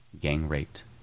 gang-raped